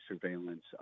surveillance